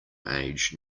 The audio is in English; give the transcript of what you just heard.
age